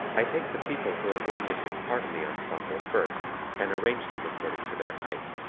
i take the people who are going to take part in the ensemble first and arrange them according to their height,